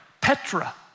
Petra